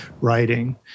writing